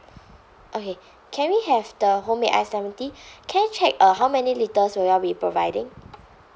okay can we have the homemade iced lemon tea can I check uh how many litres will you all be providing